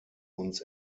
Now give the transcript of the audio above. uns